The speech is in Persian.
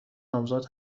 نامزد